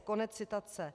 Konec citace.